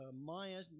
Maya